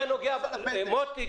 מוטי,